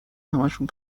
همشون